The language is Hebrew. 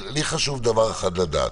אבל לי חשוב דבר אחד לדעת: